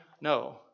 No